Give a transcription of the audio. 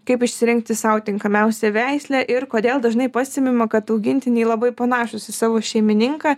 kaip išsirinkti sau tinkamiausią veislę ir kodėl dažnai pastebima kad augintiniai labai panašus į savo šeimininką